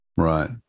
Right